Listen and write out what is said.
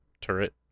turret